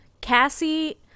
cassie